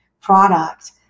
product